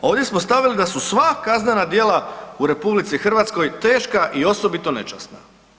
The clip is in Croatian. Ovdje smo stavili da su sva kaznena djela u RH teška i osobito nečasna.